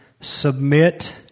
submit